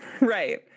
right